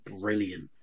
brilliant